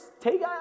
take